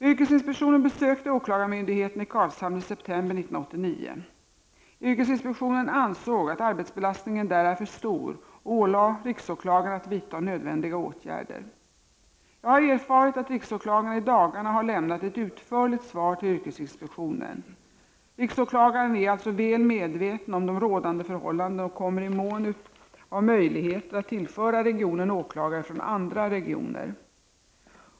Yrkesinspektionen besökte åklagarmyndigheten i Karlshamn i september 1989. Yrkesinspektionen ansåg att arbetsbelastningen där är för stor och ålade riksåklagaren att vidta nödvändiga åtgärder. Jag har erfarit att riksåklagaren i dagarna har lämnat ett utförligt svar till yrkesinspektionen. Riksåklagaren är alltså väl medveten om de rådande förhållandena och kommer i mån av möjlighet att tillföra regionen åklagare från andra regioner.